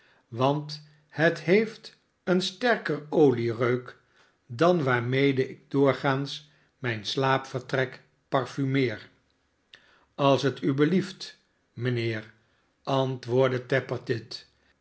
want het heeft een sterker oliereuk dan waarmede ik doorgaans mijn slaapvcrtrek parfumeer als het u belieft mijnheer antwoordde tappertit